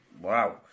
Wow